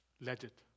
legit